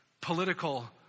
political